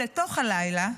לתוך הלילה,